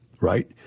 right